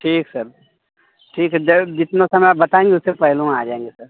ठीक सर ठीक है जितना समय आप बताएँगे उससे पहले हम आ जाएँगे सर